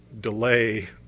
delay